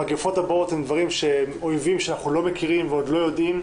המגפות הבאות הן אויבות שאנחנו לא מכירים ועוד לא יודעים.